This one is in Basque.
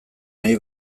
nahi